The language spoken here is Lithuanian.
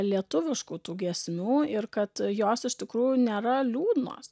lietuviškų tų giesmių ir kad jos iš tikrųjų nėra liūdnos